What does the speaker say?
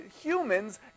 humans